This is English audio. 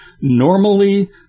normally